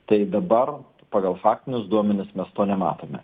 tai dabar pagal faktinius duomenis mes to nematome